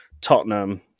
Tottenham